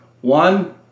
one